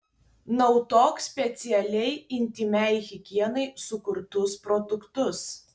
naudok specialiai intymiai higienai sukurtus produktus